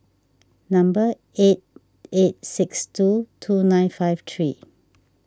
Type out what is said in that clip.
number eight eight six two two nine five three